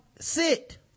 sit